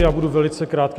Já budu velice krátký.